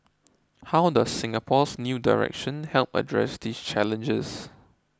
how does Singapore's new direction help address these challenges